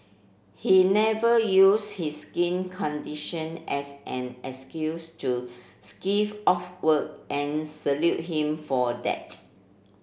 he never use his skin condition as an excuse to skive off work and salute him for that